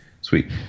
sweet